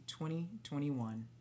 2021